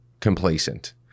complacent